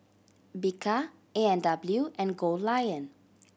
Bika A and W and Goldlion